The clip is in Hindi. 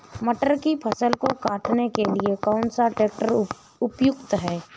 मटर की फसल को काटने के लिए कौन सा ट्रैक्टर उपयुक्त है?